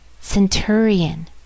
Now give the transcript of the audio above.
centurion